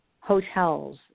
hotels